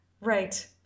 Right